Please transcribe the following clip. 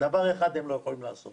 דבר אחד לא יכולים לעשות